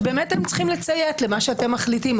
שהם צריכים לציית למה שאתם מחליטים.